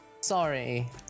Sorry